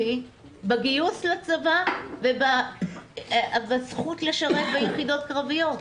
בגיוס לצבא ואת הזכות לשרת ביחידות קרביות.